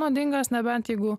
nuodingas nebent jeigu